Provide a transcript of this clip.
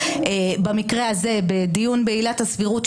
במקרה הזה בדיון בעילת הסבירות,